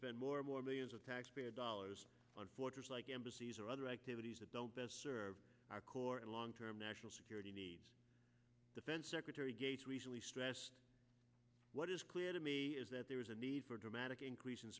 spend more and more millions of taxpayer dollars on fortress like embassies or other activities that don't best serve our core and long term national security needs defense secretary gates recently stressed what is clear to me is that there is a need for a dramatic increase in